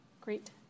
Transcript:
Great